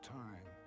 time